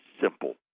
simple